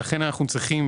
לכן אנחנו צריכים,